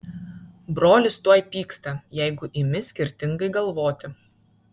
brolis tuoj pyksta jeigu imi skirtingai galvoti